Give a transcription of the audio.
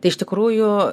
tai iš tikrųjų